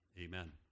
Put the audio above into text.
amen